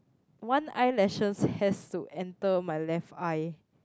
one eyelashes has to enter my left eye